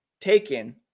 taken